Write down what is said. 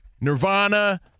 Nirvana